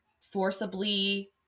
forcibly